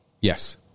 Yes